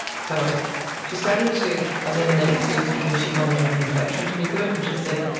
so she started to eliminate foods because she wanted her complexion to be good, and she said,